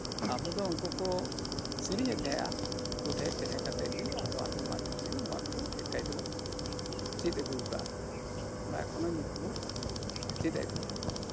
ᱟᱵᱚ ᱫᱚ ᱩᱱᱠᱩ ᱠᱚ ᱥᱤᱨᱤᱧᱮᱫ ᱛᱟᱦᱮᱸᱱᱟ ᱩᱱᱠᱩ ᱴᱷᱮᱱ ᱛᱟᱦᱮᱸ ᱠᱟᱛᱮᱫ ᱜᱮ ᱟᱫᱚ ᱟᱸᱡᱚᱢ ᱟᱸᱡᱚᱢ ᱛᱮᱜᱮ ᱱᱚᱣᱟ ᱠᱚᱫᱚ ᱰᱷᱮᱨ ᱠᱟᱭ ᱛᱮᱵᱚ ᱪᱮᱫ ᱟᱹᱜᱩ ᱟᱠᱟᱫᱟ ᱵᱟ ᱮᱠᱷᱚᱱᱚ ᱱᱤᱛᱜᱮᱵᱚ ᱪᱮᱫᱮᱫ ᱜᱮᱭᱟ